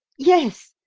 yes,